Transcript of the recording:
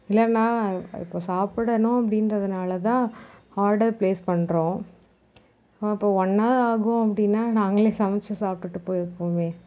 இல்லைண்ணா இப்போது சாப்பிடணும் அப்படின்றதுனால தான் ஆடர் பிளேஸ் பண்ணுறோம் அப்போது ஒன் ஹவர் ஆகும் அப்படின்னா நாங்களே சமைச்சி சாப்பிட்டுட்டு போயிருப்போமே